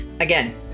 Again